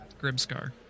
Grimscar